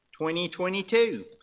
2022